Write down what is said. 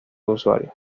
usuarios